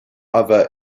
other